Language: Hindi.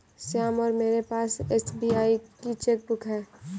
श्याम और मेरे पास एस.बी.आई की चैक बुक है